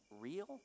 real